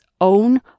own